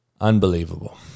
unbelievable